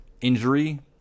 injury